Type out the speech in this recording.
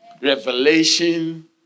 Revelation